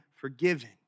forgiven